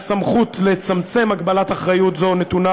והסמכות לצמצם הגבלת אחריות זו נתונה